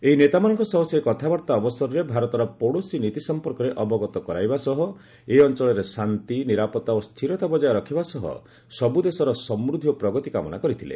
ଏହି ନେତାମାନଙ୍କ ସହ ସେ କଥାବାର୍ତ୍ତା ଅବସରରେ ଭାରତର ପଡ଼ୋଶୀ ନୀତି ସମ୍ପର୍କରେ ଅବଗତ କରାଇବା ସହ ଏ ଅଞ୍ଚଳରେ ଶାନ୍ତି ନିରାପତ୍ତା ଓ ସ୍ଥିରତା ବଜାୟ ରଖିବା ସହ ସବ୍ ଦେଶର ସମୃଦ୍ଧି ଓ ପ୍ରଗତି କାମନା କରିଥିଲେ